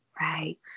Right